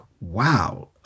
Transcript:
wow